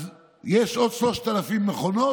יש עוד 3,000 מכונות,